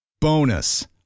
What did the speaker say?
Bonus